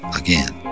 again